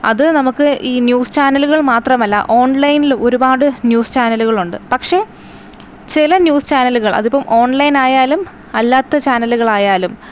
അത് നമുക്ക് ഈ ന്യൂസ് ചാനലുകൾ മാത്രമല്ല ഓൺലൈനിൽ ഒരുപാട് ന്യൂസ് ചാനലുകളുണ്ട് പക്ഷെ ചില ന്യൂസ് ചാനലുകൾ അതിപ്പം ഓൺലൈനായാലും അല്ലാത്ത ചാനലുകളായാലും